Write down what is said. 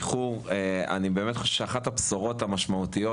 באמת חושב שאחת הבשורות המשמעותיות